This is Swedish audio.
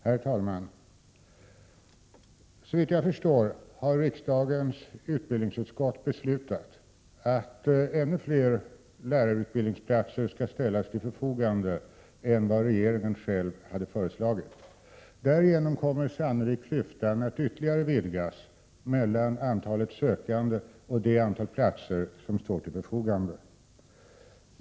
Herr talman! Såvitt jag erfarit har riksdagens utbildningsutskott föreslagit att ännu fler lärarutbildningsplatser skall inrättas än regeringen föreslagit. Därigenom kommer sannolikt klyftan att ytterligare vidgas mellan antalet sökande och det antal platser som står till förfogande.